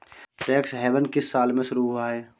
Tax haven किस साल में शुरू हुआ है?